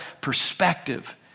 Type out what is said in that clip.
perspective